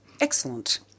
Excellent